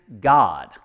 God